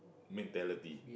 mentality